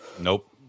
Nope